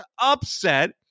upset